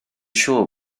siŵr